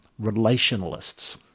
Relationalists